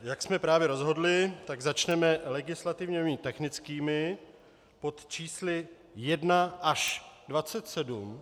Jak jsme právě rozhodli, tak začneme legislativně technickými pod čísly 1 až 27.